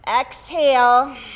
Exhale